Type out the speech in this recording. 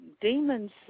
Demons